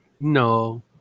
no